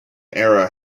era